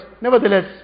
nevertheless